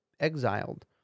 exiled